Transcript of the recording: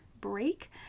break